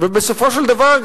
ובסופו של דבר,